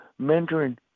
mentoring